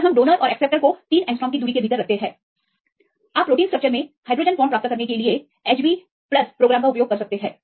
तो हम डोनर और एक्सेप्टर को 3 एंग्स्ट्रॉम की दूरी के भीतर रखते हैं आप प्रोटीन स्ट्रक्चरस में हाइड्रोजन बांड प्राप्त करने के लिए इस कार्यक्रम HBPLUS का उपयोग कर सकते हैं